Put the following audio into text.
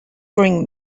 bring